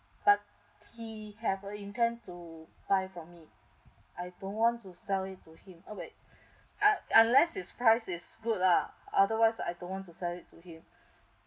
but he has an intent to buy from me I don't want to sell it to him uh wait un~ unless its price is good lah otherwise I don't want to sell it to him